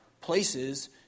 places